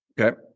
Okay